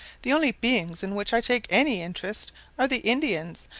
the only beings in which i take any interest are the indians,